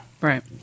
Right